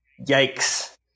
yikes